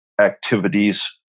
activities